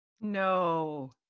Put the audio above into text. No